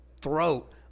throat